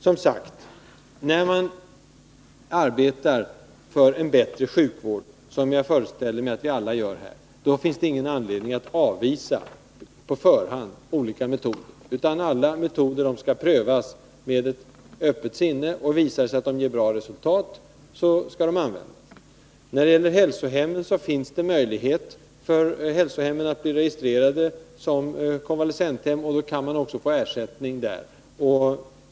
När man arbetar för en bättre sjukvård — som jag föreställer mig att vi alla gör här — finns det ingen anledning att på förhand avvisa olika metoder, utan alla metoder skall prövas med öppet sinne. Visar det sig att de ger bra resultat, skall de användas. Hälsohemmen har möjlighet att bli registrerade som konvalescenthem. Då kan man också få ersättning från den allmänna försäkringen för vistelse där.